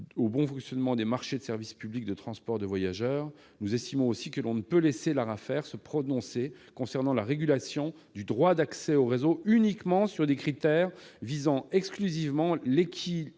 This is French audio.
au bon fonctionnement des marchés de service public de transport de voyageurs, nous estimons aussi que l'on ne peut pas laisser cette autorité se prononcer sur la régulation du droit d'accès au réseau sur le fondement de critères visant exclusivement l'équilibre